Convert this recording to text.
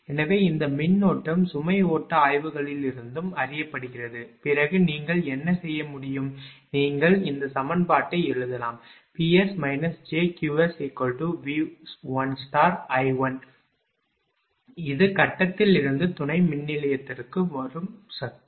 எனவே இந்த மின்னோட்டம் சுமை ஓட்ட ஆய்வுகளிலிருந்தும் அறியப்படுகிறது பிறகு நீங்கள் என்ன செய்ய முடியும் நீங்கள் இந்த சமன்பாட்டை எழுதலாம் Ps jQsV1I1 இது கட்டத்திலிருந்து துணை மின்நிலையத்திற்கு வரும் சக்தி